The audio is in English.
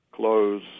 close